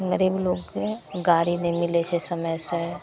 गरीब लोकके गाड़ी नहि मिलै छै समयसे